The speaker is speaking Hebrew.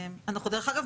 דרך אגב,